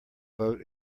boat